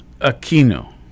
Aquino